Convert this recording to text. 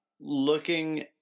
looking